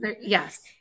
Yes